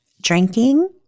drinking